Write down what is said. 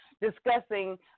discussing